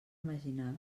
imaginar